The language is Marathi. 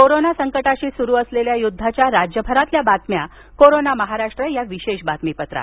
कोरोना संकटाशी सुरु असलेल्या युद्धाच्या राज्यभरातल्या बातम्या कोरोना महाराष्ट्र या विशेष बातमीपत्रात